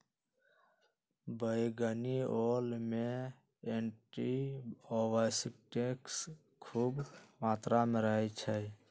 बइगनी ओल में एंटीऑक्सीडेंट्स ख़ुब मत्रा में रहै छइ